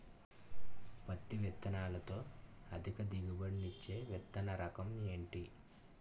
పత్తి విత్తనాలతో అధిక దిగుబడి నిచ్చే విత్తన రకం ఏంటి?